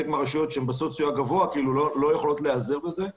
מהרשויות שהן במדרג הסוציו אקונומי הגבוה לא יכולות להיעזר בזה.